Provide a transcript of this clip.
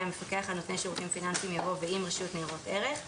"המפקח על נותני שירותים פיננסיים" יבוא "ועם רשות נירות ערך".